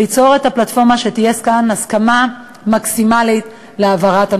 ליצור את הפלטפורמה שתהיה כאן הסכמה מקסימלית להעברת הנושא.